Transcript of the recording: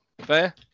fair